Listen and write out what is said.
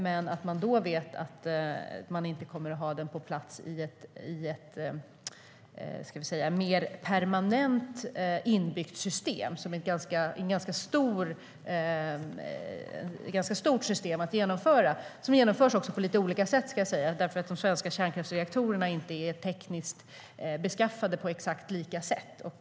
Men man kommer inte att ha den på plats i ett så att säga mer permanent inbyggt system, för det är ett ganska stort system att genomföra, och det genomförs dessutom på lite olika sätt då de svenska kärnkraftsreaktorerna tekniskt inte är beskaffade på exakt lika sätt.